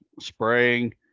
spraying